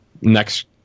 next